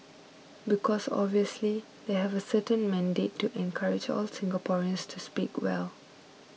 because obviously they have a certain mandate to encourage all Singaporeans to speak well